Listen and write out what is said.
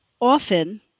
often